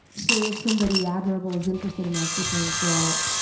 so, if somebody admirable is interested in us, we think, well,